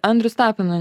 andrius tapina